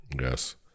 Yes